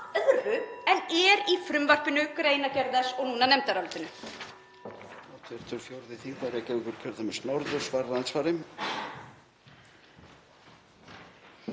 öðru en er í frumvarpinu, greinargerð þess og núna í nefndarálitinu.